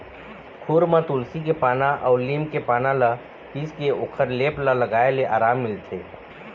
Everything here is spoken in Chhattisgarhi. खुर म तुलसी के पाना अउ लीम के पाना ल पीसके ओखर लेप ल लगाए ले अराम मिलथे